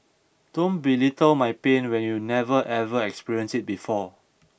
don't belittle my pain when you never ever experienced it before